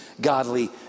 godly